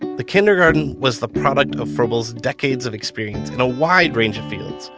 the kindergarten was the product of froebel's decades of experience in a wide range of fields.